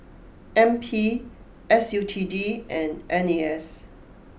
N P S U T D and N A S